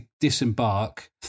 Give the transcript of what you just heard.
disembark